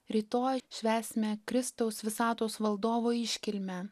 rytoj švęsime kristaus visatos valdovo iškilmę